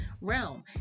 realm